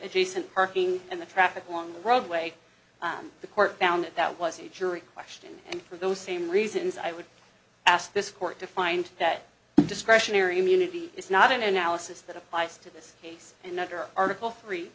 adjacent parking and the traffic on the roadway the court found that that was a jury question and for those same reasons i would ask this court to find that discretionary immunity is not an analysis that applies to this case and under article three